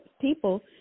people